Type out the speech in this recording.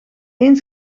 één